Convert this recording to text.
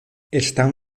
están